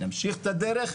נמשיך את הדרך,